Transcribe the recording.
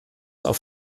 auf